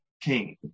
king